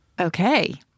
Okay